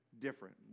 different